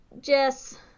Jess